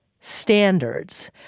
standards